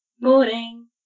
Morning